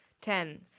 Ten